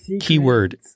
keyword